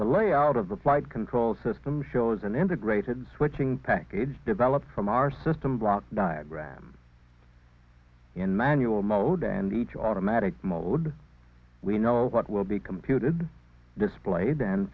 layout of the flight control system shows an integrated switching package develop from our system brought diagram in manual mode and each automatic mode we know that will be computed display